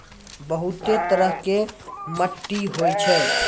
बहुतै तरह के मट्टी होय छै